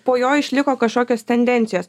po jo išliko kažkokios tendencijos